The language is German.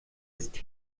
ist